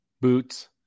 Boots